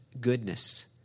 goodness